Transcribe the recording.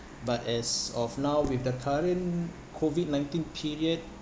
but as of now with the current COVID nineteen period